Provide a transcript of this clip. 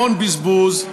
המון בזבוז,